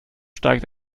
steigt